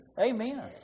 Amen